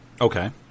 Okay